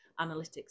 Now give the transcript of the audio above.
analytics